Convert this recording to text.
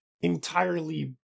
entirely